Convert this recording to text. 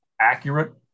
accurate